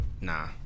Nah